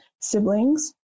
siblings